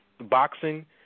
boxing